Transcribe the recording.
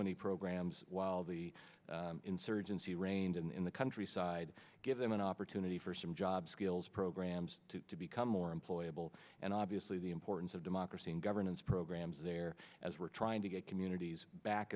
many programs while the insurgency reined in in the countryside give them an opportunity for some job skills programs to become more employable and obviously the importance of democracy and governance programs there as we're trying to get communities back